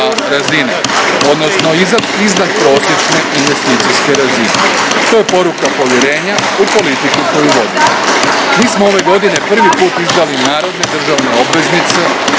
razine, odnosno iznadprosječne investicijske razine. To je poruka povjerenja u politiku koju vodimo. Mi smo ove godine prvi put izdali narodne državne obveznice